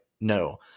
No